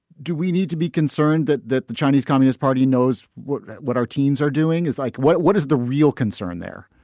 do we need to be concerned that that the chinese communist party knows what what our teens are doing is like? what what is the real concern there?